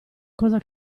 cosa